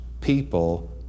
people